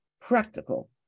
practical